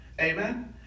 Amen